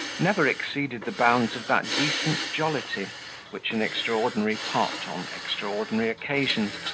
never exceeded the bounds of that decent jollity which an extraordinary pot, on extraordinary occasions,